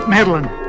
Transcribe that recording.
Madeline